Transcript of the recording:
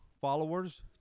followers